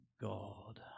God